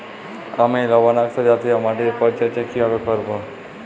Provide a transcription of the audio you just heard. আমি লবণাক্ত জাতীয় মাটির পরিচর্যা কিভাবে করব?